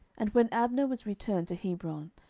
and when abner was returned to hebron,